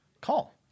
call